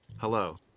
Hello